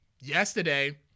yesterday